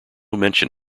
mention